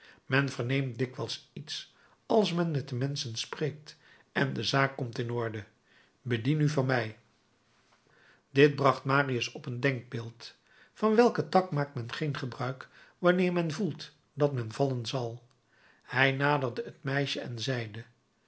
men verneemt dikwijls iets als men met de menschen spreekt en de zaak komt in orde bedien u van mij dit bracht marius op een denkbeeld van welken tak maakt men geen gebruik wanneer men voelt dat men vallen zal hij naderde het meisje en zeide